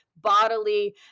bodily